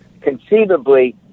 conceivably